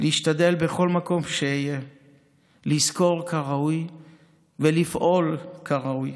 להשתדל בכל מקום שאהיה לזכור כראוי ולפעול כראוי